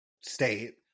state